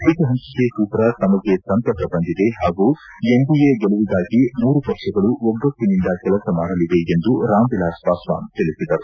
seat ಹಂಚಿಕೆ ಸೂತ್ರ ತಮಗೆ ಸಂತಸ ತಂದಿದೆ ಹಾಗೂ ಎನ್ಡಿಎ ಗೆಲುವಿಗಾಗಿ ಮೂರು ಪಕ್ಷಗಳು ಒಗ್ಗಟ್ಟನಿಂದ ಕೆಲಸ ಮಾಡಲಿವೆ ಎಂದು ರಾಮ್ವಿಲಾಸ್ ಪಾಸ್ನಾನ್ ತಿಳಿಸಿದರು